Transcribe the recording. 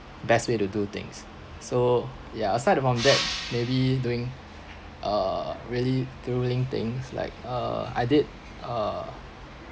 best way to do things so yeah aside a from that maybe doing uh really thrilling things like uh I did uh